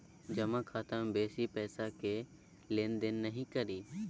जमा खाता मे बेसी पैसाक लेन देन नहि करी